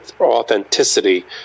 authenticity